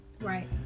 Right